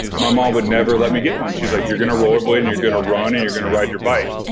my mom would never let me get one. she's like, you're going to roller blade and you're going to run and you're going to ride your bike.